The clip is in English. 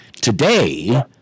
Today